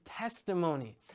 testimony